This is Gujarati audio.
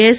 એસ